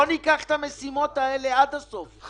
בוא ניקח את המשימות האלה עד הסוף,